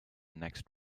next